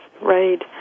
right